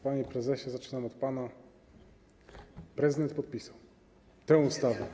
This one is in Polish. Panie prezesie, zaczynam od pana: prezydent podpisał tę ustawę.